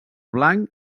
blanc